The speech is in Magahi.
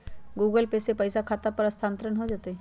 गूगल पे से पईसा खाता पर स्थानानंतर हो जतई?